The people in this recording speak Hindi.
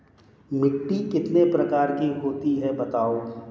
मिट्टी कितने प्रकार की होती हैं बताओ?